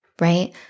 right